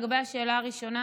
לגבי השאלה הראשונה,